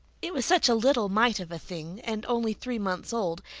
it was such a little mite of a thing and only three months old,